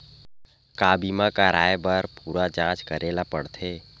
का बीमा कराए बर पूरा जांच करेला पड़थे?